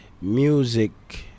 music